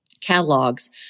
catalogs